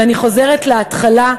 ואני חוזרת להתחלה,